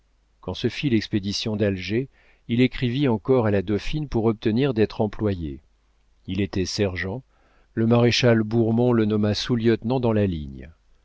quand se fit l'expédition d'alger il écrivit encore à la dauphine pour obtenir d'être employé il était sergent le maréchal bourmont le nomma sous-lieutenant dans la ligne